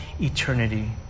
eternity